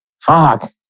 Fuck